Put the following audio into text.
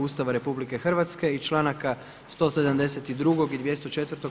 Ustava RH i članaka 172. i 204.